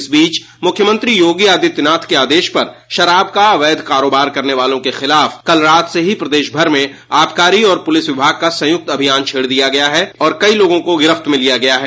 इस बीच मुख्यमंत्री योगी आदित्यनाथ के आदेश पर शराब का अवैध कारोबार करने वालों के खिलाफ कल रात से ही प्रदेश भर में आबकारी और पुलिस विभाग का संयुक्त अभियान छेड़ दिया गया है और कई लोगों को गिरफ्त में लिया गया है